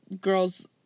girls